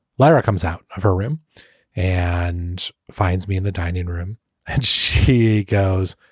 lettre comes out of her room and finds me in the dining room and she goes,